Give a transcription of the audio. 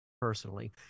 personally